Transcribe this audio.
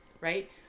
right